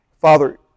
Father